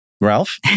Ralph